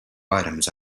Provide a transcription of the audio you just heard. items